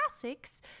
classics